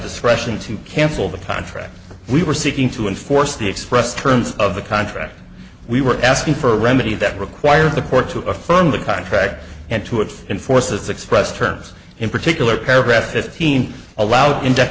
discretion to cancel the contract we were seeking to enforce the expressed terms of the contract we were asking for a remedy that requires the court to affirm the contract and to its enforce as expressed terms in particular paragraph fifteen allowed index